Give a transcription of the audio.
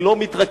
היא לא מתרככת,